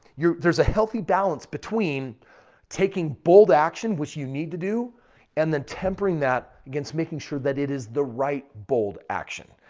there's a healthy balance between taking bold action which you need to do and then tempering that against making sure that it is the right bold action.